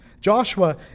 Joshua